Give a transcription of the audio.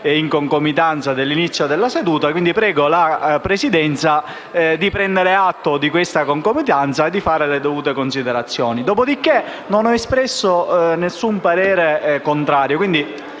in concomitanza con l'inizio della seduta e quindi prego la Presidenza di prendere atto di questa concomitanza e di fare le dovute considerazioni. Dopodiché non ho espresso nessun parere contrario.